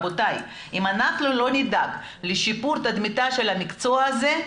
אם אנחנו לא נדאג לשיפור תדמיתו של המקצוע הזה,